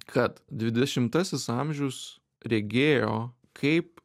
kad dvidešimtasis amžius regėjo kaip